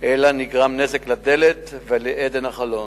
אלא נגרם נזק לדלת ולאדן החלון.